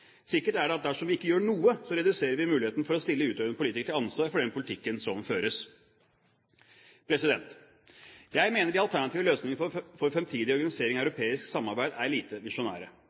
Sikkert er det at dersom vi ikke gjør noe, reduserer vi muligheten for å stille utøvende politikere til ansvar for den politikken som føres. Jeg mener de alternative løsningene for fremtidig organisering av europeisk samarbeid er lite visjonære.